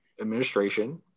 administration